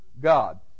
God